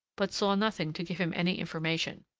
but saw nothing to give him any information.